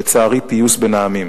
לצערי, פיוס בין העמים.